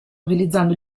utilizzando